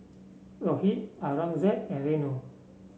Rohit Aurangzeb and Renu